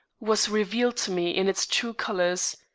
was revealed to me in its true colors,